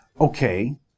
Okay